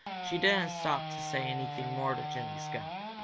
she didn't stop to say anything more to jimmy skunk,